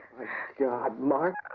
god! mark?